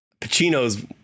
Pacino's